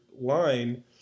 line